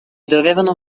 dovevano